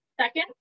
Second